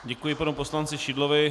Děkuji panu poslanci Šidlovi.